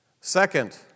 Second